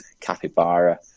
capybara